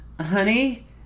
honey